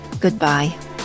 Goodbye